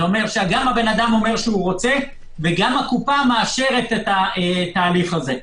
כלומר גם שהאדם אומר שהוא רוצה וגם הקופה מאשרת את התהליך הזה.